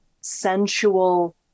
sensual